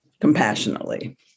compassionately